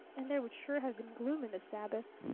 and there would sure have been gloom in the sabbath.